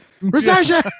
recession